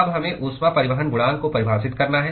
अब हमें ऊष्मा परिवहन गुणांक को परिभाषित करना है